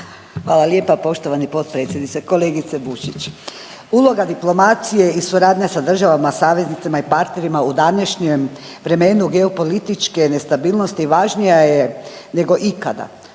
Hvala lijepa poštovani potpredsjedniče. Kolegice Bušić uloga diplomacije i suradnja sa državama saveznicama i partnerima u današnjem vremenu geopolitičke nestabilnosti važnija je nego ikada.